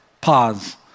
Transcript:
Pause